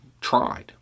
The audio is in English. tried